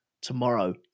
Tomorrow